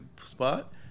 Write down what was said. spot